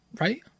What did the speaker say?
Right